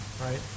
right